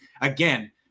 again